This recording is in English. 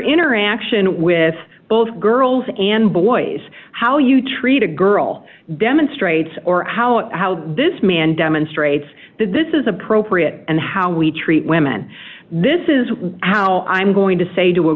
interaction with both girls and boys how you treat a girl demonstrates or how and how this man demonstrates that this is appropriate and how we treat women this is how i'm going to say to a